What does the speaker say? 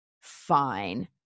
fine